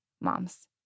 moms